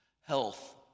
Health